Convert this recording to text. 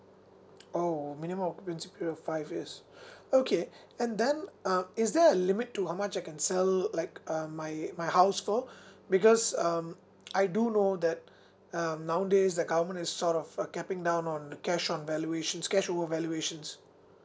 orh minimum occupancy period of five years okay and then uh is there a limit to how much I can sell like um my my house for because um I do know that um nowadays the government is sort of uh capping down on uh cash on valuations cash over valuations